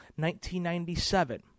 1997